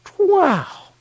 Wow